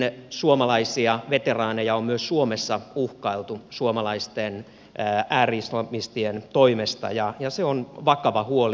afganistanin suomalaisia veteraaneja on myös suomessa uhkailtu suomalaisten ääri islamistien toimesta ja se on vakava huoli